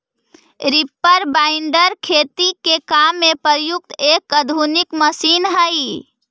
reaper binder खेती के काम में प्रयुक्त एक आधुनिक मशीन हई